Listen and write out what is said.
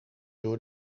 door